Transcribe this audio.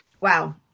Wow